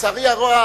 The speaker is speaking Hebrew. לצערי הרב,